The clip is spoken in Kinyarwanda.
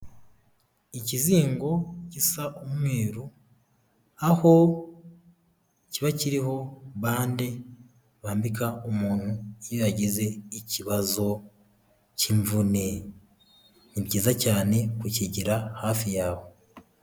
Ikizingo gisa umweru aho kiba kiriho bande bambika umuntu iyo yagize ikibazo cy'imvune ni byiza cyane kukigira hafi yawe.